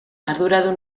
arduradun